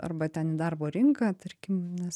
arba ten į darbo rinką tarkim nes